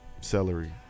celery